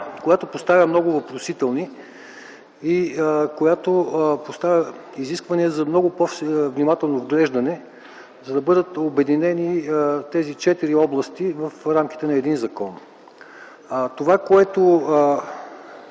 която поставя много въпросителни, поставя изисквания за много по-внимателно вглеждане, за да бъдат обединени тези четири области в рамките на един закон. Това, което